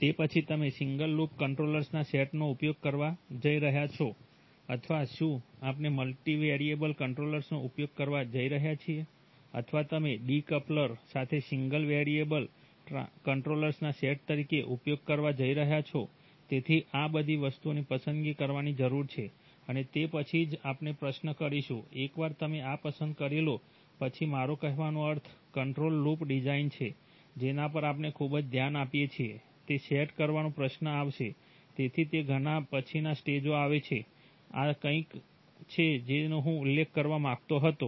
તે પછી તમે સિંગલ લૂપ કંટ્રોલર્સ સાથે સિંગલ વેરિયેબલ કન્ટ્રોલર્સના સેટ તરીકે ઉપયોગ કરવા જઇ રહ્યા છો તેથી આ બધી વસ્તુઓની પસંદગી કરવાની જરૂર છે અને તે પછી જ આપણે પ્રશ્ન કરીશું એકવાર તમે આ પસંદ કરી લો પછી મારો કહેવાનો અર્થ કંટ્રોલ લૂપ ડિઝાઇન છે જેના પર આપણે ખૂબ ધ્યાન આપીએ છીએ તે સેટ કરવાનો પ્રશ્ન આવશે જેથી તે ઘણા પછીના સ્ટેજે આવે છે આ તે કંઈક છે જેનો હું ઉલ્લેખ કરવા માંગતો હતો